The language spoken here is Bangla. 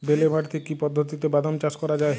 বেলে মাটিতে কি পদ্ধতিতে বাদাম চাষ করা যায়?